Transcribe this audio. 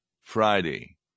Friday